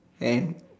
and